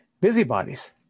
busybodies